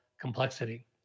complexity